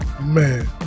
Man